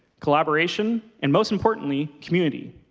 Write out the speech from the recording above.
collaboration, and most importantly, community.